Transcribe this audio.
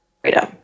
freedom